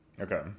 Okay